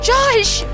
Josh